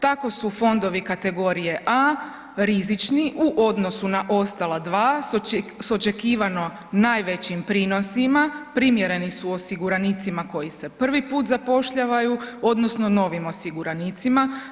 Tako su fondovi kategorije A rizični u odnosu na ostala dva s očekivano najvećim prinosima, primjereni su osiguranicima koji se prvi put zapošljavaju odnosno novim osiguranicima.